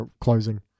closing